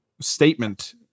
statement